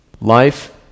Life